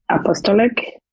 apostolic